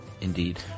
Indeed